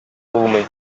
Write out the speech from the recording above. булмый